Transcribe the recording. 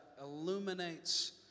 illuminates